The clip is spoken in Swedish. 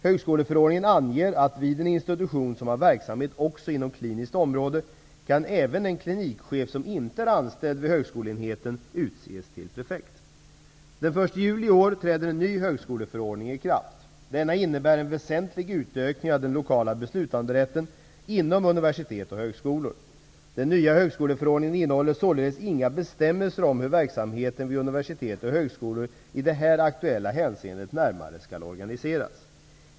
Högskoleförordningen anger, att vid en institution som har verksamhet också inom kliniskt område kan även en klinikchef, som inte är anställd vid högskoleenheten, utses till prefekt. Den 1 juli i år träder en ny högskoleförordning i kraft. Denna innebär en väsentlig utökning av den lokala beslutanderätten inom universitet och högskolor. Den nya högskoleförordningen innehåller således inga bestämmelser om hur verksamheten vid universitet och högskolor i det här aktuella hänseendet närmare skall organiseras.